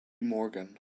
morgan